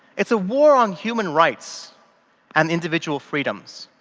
it's a war on human rights and individual freedoms.